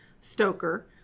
Stoker